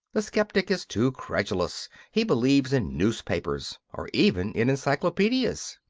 the sceptic is too credulous he believes in newspapers or even in encyclopedias.